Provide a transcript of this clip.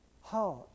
heart